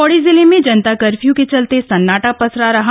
पौड़ी जिले में जनता कर्फ़्यू के चलते सन्नांटा पसरा रहा